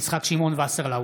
יצחק שמעון וסרלאוף,